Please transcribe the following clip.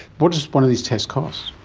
what does one of these tests cost?